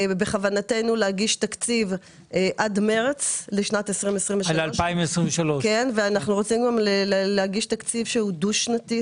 בכוונתנו להגיש תקציב עד מרץ לשנת 2023. אנחנו רוצים גם להגיש תקציב שהוא דו-שנתי.